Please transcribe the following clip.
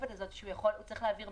בכבדות, כיאה לפקידים שמרנים בעלי משרות.